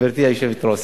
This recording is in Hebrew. גברתי היושבת-ראש,